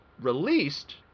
released